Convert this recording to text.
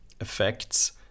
effects